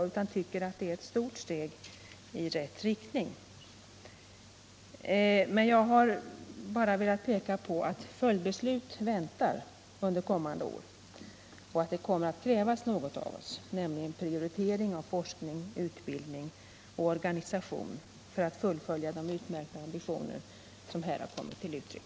Jag tycker att propositionen är ett stort steg i rätt riktning, men jag har velat peka på att följdbeslut väntar kommande år. Det kommer att krävas något av oss, nämligen prioritering av forskning, utbildning och organisation, för att vi skall kunna fullfölja de utmärkta ambitioner som här har kommit till uttryck.